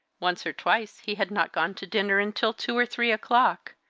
once or twice he had not gone to dinner until two or three o'clock,